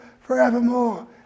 forevermore